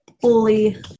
fully